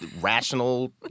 rational